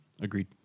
Agreed